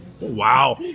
Wow